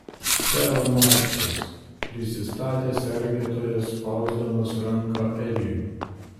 teo marksas prisistatė sergėtojas spausdamas ranką edžiui